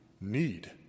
need